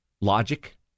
logic